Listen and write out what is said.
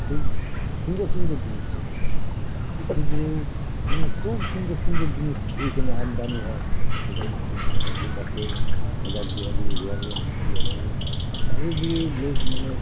খুব সুন্দর সুন্দর জিনিস তৈরি করে বিষ্ণুপুরেও মানে খুব সুন্দর সুন্দর জিনিস ওইখানে আমদানি হয় এখানে খুব বাইরের লোক আসে হাজারদুয়ারিয়ে গেলে মুর্শিদাবাদের চারিদিক লোক মানে